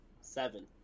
Seven